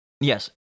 Yes